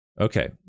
Okay